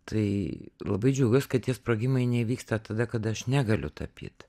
tai labai džiaugiuos kad tie sprogimai neįvyksta tada kada aš negaliu tapyt